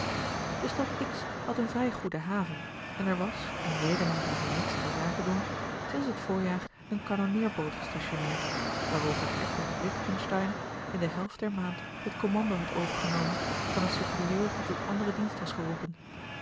de stad x had eene vrij goede haven en er was om redenen die hier niets ter zake doen sinds het voorjaar een kanonneerboot gestationeerd waarover eckbert witgensteyn in de helft der maand het commando had overgenomen van een superieur die tot anderen dienst was geroepen